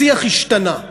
השיח השתנה,